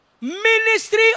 Ministry